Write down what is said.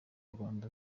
rwanda